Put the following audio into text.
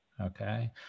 Okay